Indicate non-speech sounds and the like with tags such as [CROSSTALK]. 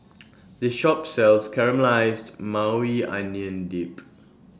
[NOISE] This Shop sells Caramelized Maui Onion Dip